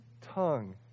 tongue